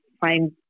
find